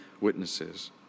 witnesses